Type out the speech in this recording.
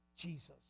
Jesus